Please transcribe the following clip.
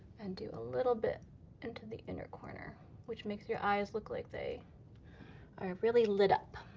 and do a little bit into the inner corner which makes your eyes look like they are really lit up.